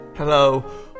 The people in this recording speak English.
Hello